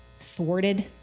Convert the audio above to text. thwarted